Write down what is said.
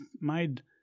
made